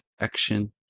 action